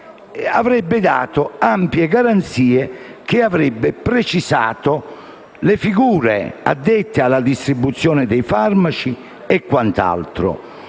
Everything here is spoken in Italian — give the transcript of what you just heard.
avrebbe dato ampie garanzie sul fatto che avrebbe precisato le figure addette alla distribuzione dei farmaci e quant'altro.